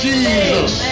Jesus